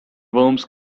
worms